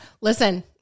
Listen